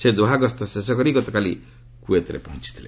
ସେ ଦୋହା ଗସ୍ତ ଶେଷ କରି ଗତକାଲି କୁଏତରେ ପହଞ୍ଚିଥିଲେ